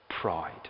pride